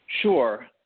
Sure